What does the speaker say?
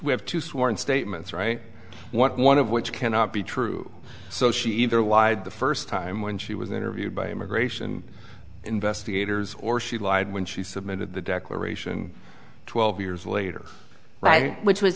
we have two sworn statements right one one of which cannot be true so she either lied the first time when she was interviewed by immigration investigators or she lied when she submitted the declaration twelve years later right which